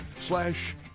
Slash